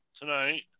tonight